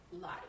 life